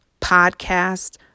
podcast